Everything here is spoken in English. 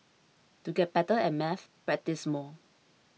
to get better at maths practise more